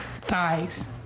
thighs